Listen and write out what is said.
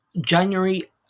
January